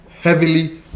Heavily